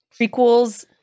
prequels